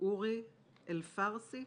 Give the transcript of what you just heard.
אורי אלפרסי.